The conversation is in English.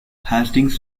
hastings